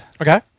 Okay